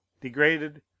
degraded